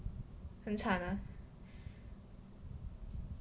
很惨 ah